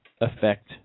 affect